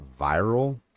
viral